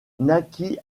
naquit